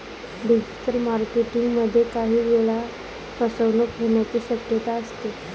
digital marketing मध्ये काही वेळा फसवणूक होण्याची शक्यता असते